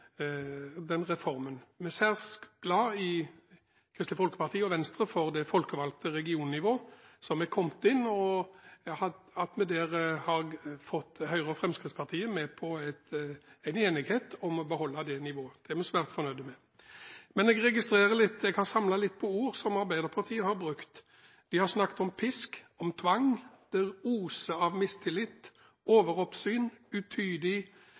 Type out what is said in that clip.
i Kristelig Folkeparti og Venstre er særs glad i det folkevalgte regionnivået, og at vi har fått Høyre og Fremskrittspartiet med på en enighet om å beholde det nivået. Det er vi svært fornøyd med. Jeg har samlet på noen ord som Arbeiderpartiet har brukt. De har snakket om «pisk», «tvang», «det oser av mistillit»,